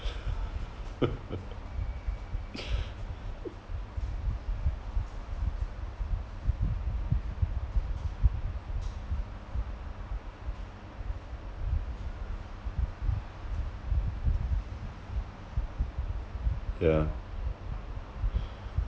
ya